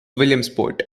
williamsport